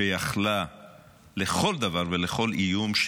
שיכלה לכל דבר ולכל איום,